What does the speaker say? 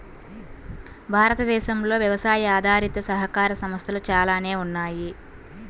భారతదేశంలో వ్యవసాయ ఆధారిత సహకార సంస్థలు చాలానే ఉన్నాయి